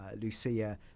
lucia